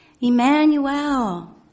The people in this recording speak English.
Emmanuel